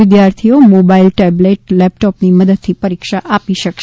વિદ્યાર્થીઓ mobile tablet લેપટોપની મદદથી પરીક્ષા આપી શકશે